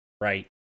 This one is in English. right